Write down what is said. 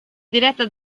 diretta